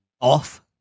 off